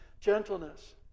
gentleness